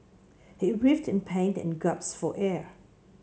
he writhed in pain and gasped for air